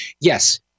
yes